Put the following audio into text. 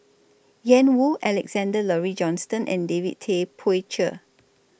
Ian Woo Alexander Laurie Johnston and David Tay Poey Cher